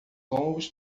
longos